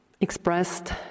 Expressed